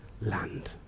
land